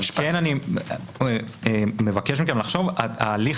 אבל אני כן מבקש מכם לחשוב על כך שההליך